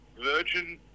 virgin